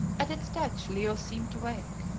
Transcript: at its touch leo seemed to wake,